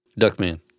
Duckman